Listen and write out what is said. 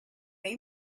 may